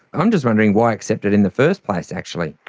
i'm just wondering why accept it in the first place actually?